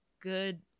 good